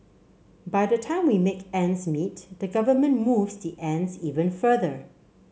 by the time we make ends meet the government moves the ends even further